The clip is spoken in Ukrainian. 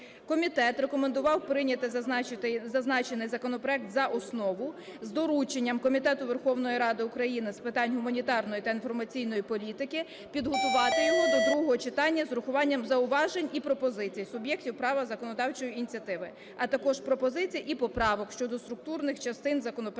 Комітет рекомендував прийняти зазначений законопроект за основу з дорученням Комітету Верховної Ради України з питань гуманітарної та інформаційної політики підготувати його до другого читання з урахуванням зауважень і пропозицій суб'єктів права законодавчої ініціативи, а також пропозицій і поправок щодо структурних частин законопроекту,